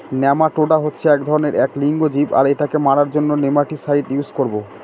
nematoda হচ্ছে এক ধরনের এক লিঙ্গ জীব আর এটাকে মারার জন্য নেমাটিসাইড ইউস করবো